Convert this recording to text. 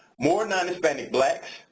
more non-hispanic blacks,